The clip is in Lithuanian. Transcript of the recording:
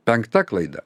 penkta klaida